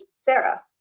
Sarah